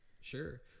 Sure